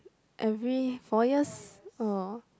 every four years oh